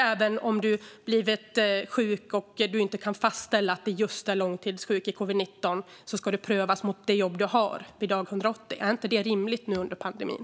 Även om du blivit sjuk och det inte kan fastställas att du är långtidssjuk i just covid-19 ska du dag 180 prövas mot det jobb du har. Är inte detta rimligt nu under pandemin?